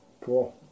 Cool